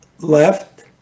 left